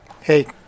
Hey